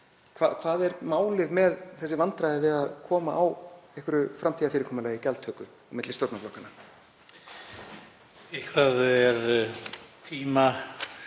Hvað er málið með þessi vandræði við að koma á einhverju framtíðarfyrirkomulagi í gjaldtöku á milli stjórnarflokkanna?